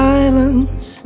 Silence